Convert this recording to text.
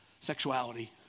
sexuality